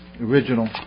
original